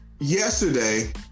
Yesterday